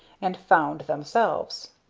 and found themselves.